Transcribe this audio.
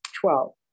Twelve